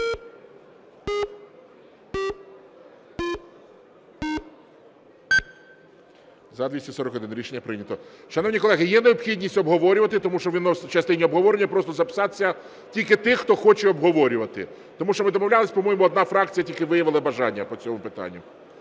За-241 Рішення прийнято. Шановні колеги, є необхідність обговорювати, тому що в частині обговорення просто записатися тільки тих, хто хоче обговорювати. Тому що ми домовлялися, по-моєму, одна фракція тільки виявила бажання по цьому питанню.